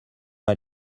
mal